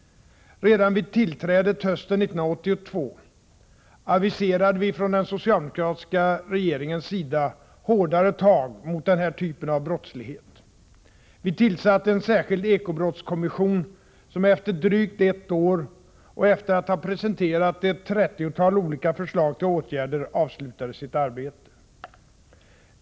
Redan vid tillträdet hösten 1982 aviserade vi från den socialdemokratiska regeringens sida hårdare tag mot den här typen av brottslighet. Vi tillsatte en särskild eko-brottskommission som efter drygt ett år — och efter att ha presenterat ett 30-tal olika förslag till åtgärder — avslutade sitt arbete.